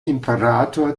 imperator